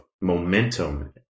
momentum